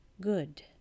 good